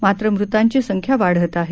मात्र मृतांची संख्या वाढत आहे